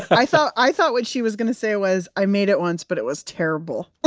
i thought i thought what she was going to say was, i made it once, but it was terrible.